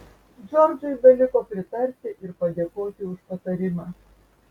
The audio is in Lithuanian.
džordžui beliko pritarti ir padėkoti už patarimą